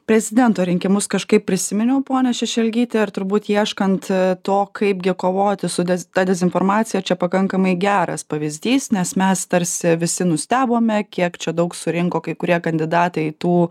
prezidento rinkimus kažkaip prisiminiau ponia šešelgyte ir turbūt ieškant to kaipgi kovoti su ta dezinformacija čia pakankamai geras pavyzdys nes mes tarsi visi nustebome kiek čia daug surinko kai kurie kandidatai tų